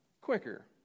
quicker